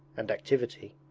and activity.